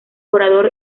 orador